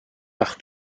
par